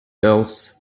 else